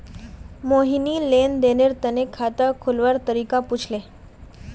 मोहिनी लेन देनेर तने खाता खोलवार तरीका पूछले